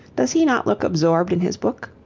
does he not look absorbed in his book?